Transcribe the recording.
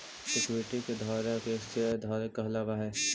equity के धारक एक शेयर धारक कहलावऽ हइ